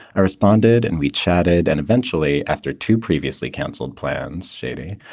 i responded and we chatted. and eventually, after two previously canceled plans shady,